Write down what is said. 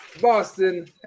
Boston